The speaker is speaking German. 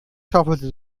schaufelte